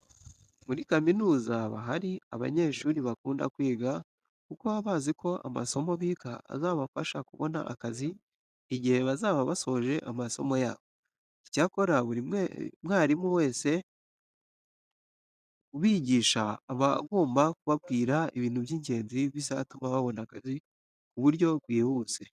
Muri kaminuza haba hari abanyeshuri bakunda kwiga kuko baba bazi ko amasomo biga azabafasha kubona akazi igihe bazaba basoje amasomo yabo. Icyakora buri mwarimu wese ubigisha aba agomba kubabwira ibintu by'ingenzi bizatuma babona akazi ku buryo bwihuse.